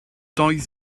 doedd